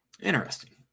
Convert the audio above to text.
Interesting